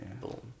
boom